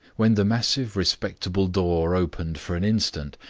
when the massive respectable door opened for an instant,